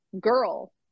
girl